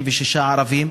ו96 מהם ערבים.